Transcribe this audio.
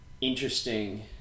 interesting